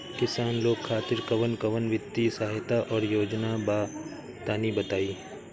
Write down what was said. किसान लोग खातिर कवन कवन वित्तीय सहायता और योजना बा तनि बताई?